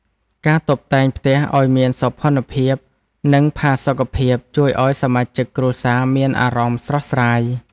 ការតុបតែងផ្ទះឱ្យមានសោភ័ណភាព និងផាសុកភាពជួយឱ្យសមាជិកគ្រួសារមានអារម្មណ៍ស្រស់ស្រាយ។